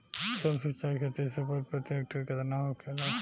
कुशल सिंचाई खेती से उपज प्रति हेक्टेयर केतना होखेला?